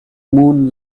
moon